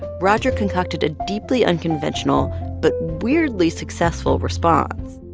roger concocted a deeply unconventional but weirdly successful response.